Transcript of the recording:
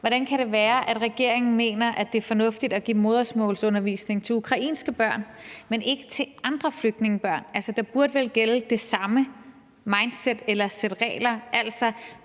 Hvordan kan det være, at regeringen mener, at det er fornuftigt at give modersmålsundervisning til ukrainske børn, men ikke til andre flygtningebørn? Altså, der burde vel gælde det samme mindset eller sæt regler.